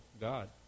God